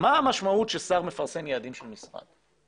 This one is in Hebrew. מה מהמשמעות ששר מפרסם יעדים של משרד?